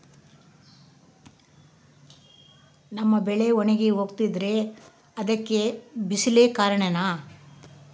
ನಮ್ಮ ಬೆಳೆ ಒಣಗಿ ಹೋಗ್ತಿದ್ರ ಅದ್ಕೆ ಬಿಸಿಲೆ ಕಾರಣನ?